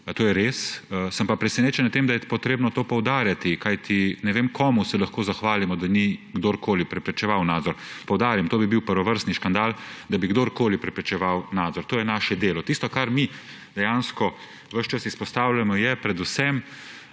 To je res, sem pa presenečen nad tem, da je potrebno to poudarjati, kajti ne vem, komu se lahko zahvalimo, da ni kdorkoli preprečeval nadzora. Poudarjam, bil bi prvovrstni škandal, če bi kdorkoli preprečeval nadzor. To je naše delo. Tisto, kar mi dejansko ves čas izpostavljamo, je predvsem